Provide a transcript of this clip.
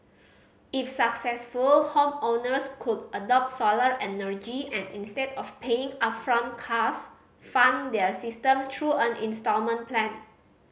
if successful homeowners could adopt solar energy and instead of paying upfront cost fund their system through an instalment plan